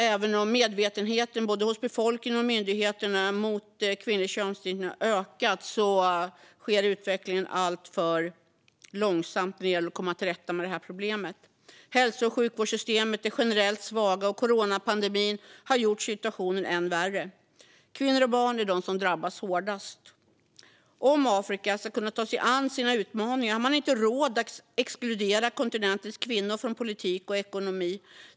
Även om medvetenheten om kvinnlig könsstympning har ökat hos både befolkningen och myndigheter går utvecklingen alldeles för långsamt, och det gäller att komma till rätta med det här problemet. Hälso och sjukvårdssystemen är generellt svaga, och coronapandemin har gjort situationen än värre. Kvinnor och barn är de som drabbas svårast. Om Afrika ska kunna ta sig an sina utmaningar har man inte råd att exkludera kontinentens kvinnor från politik och ekonomi.